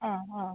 ആ ആ